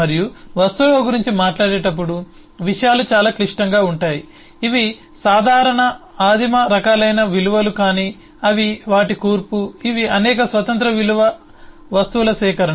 మరియు వస్తువుల గురించి మాట్లాడేటప్పుడు విషయాలు చాలా క్లిష్టంగా ఉంటాయి ఇవి సాధారణ ఆదిమ రకాలైన విలువలు కాని అవి వాటి కూర్పు ఇవి అనేక స్వతంత్ర విలువ వస్తువుల సేకరణ